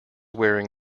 wearing